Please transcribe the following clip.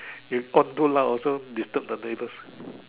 if on too loud also disturb the neighbours